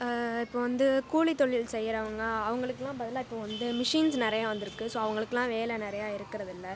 இப்போ வந்து கூலி தொழில் செய்யுறவங்க அவங்களுக்கெலான் பதிலாக இப்போ வந்து மிஷின்ஸ் நிறைய வந்திருக்கு ஸோ அவர்களுக்குலான் வேலை நிறைய இருக்கறதில்லை